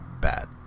bad